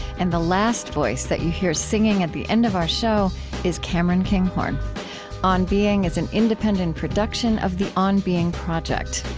and the last voice that you hear singing at the end of our show is cameron kinghorn on being is an independent production of the on being project.